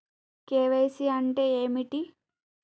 KYC అంటే ఏమిటి?